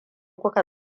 kuka